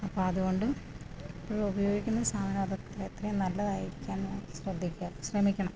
അപ്പം അതുകൊണ്ട് എപ്പോഴും ഉപയോഗിക്കുന്ന സാധനം അത് എത്രയും നല്ലതായിരിക്കാൻ ശ്രദ്ധിക്കണം ശ്രമിക്കണം